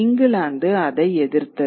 இங்கிலாந்து அதை எதிர்த்தது